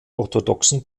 orthodoxen